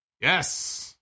Yes